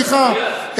סליחה.